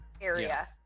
area